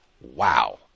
wow